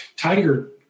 Tiger